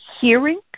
hearing